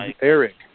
Eric